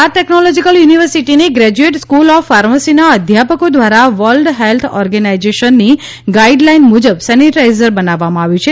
Gujarat technological યુનિવર્સિટીની graduate school of ફાર્મસીના અધ્યાપકો દ્વારા વલ્ડે હેલ્થ ઓર્ગેનાઈઝેશનની ગાઈડ લાઈન મુજબ સેનિટાઈઝર બનાવવામાં આવ્યું છે